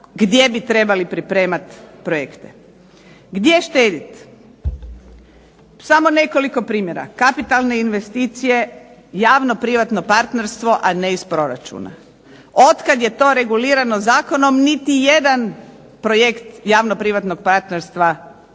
gdje bi trebali pripremati projekte. Gdje štediti? Samo nekoliko primjera. Kapitalne investicije, javno-privatno partnerstvo, a ne iz proračuna. Od kada je to regulirano zakonom niti jedan projekt javno-privatnog partnerstva nije